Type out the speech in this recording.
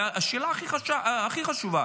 והשאלה הכי חשובה: